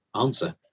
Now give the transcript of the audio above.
answer